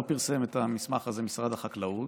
לא פרסם את המסמך הזה משרד החקלאות,